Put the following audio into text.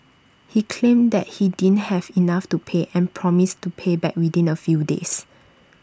he claimed that he didn't have enough to pay and promised to pay back within A few days